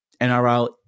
NRL